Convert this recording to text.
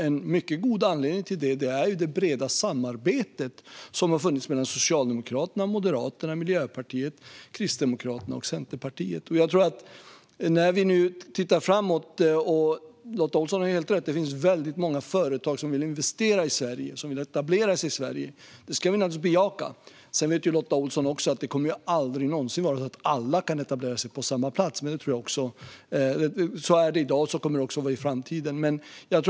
En mycket god anledning till det är det breda samarbete som har funnits mellan Socialdemokraterna, Moderaterna, Miljöpartiet, Kristdemokraterna och Centerpartiet. När vi nu tittar framåt har Lotta Olsson helt rätt i att det finns väldigt många företag som vill investera i Sverige och etablera sig i Sverige. Det ska vi naturligtvis bejaka. Sedan vet Lotta Olsson också att det aldrig någonsin kommer att vara så att alla kan etablera sig på samma plats. Så är det i dag, och så kommer det att vara i framtiden också.